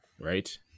right